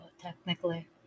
technically